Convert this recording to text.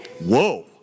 whoa